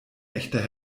echter